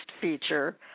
feature